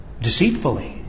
deceitfully